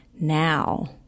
now